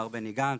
מר בני גנץ,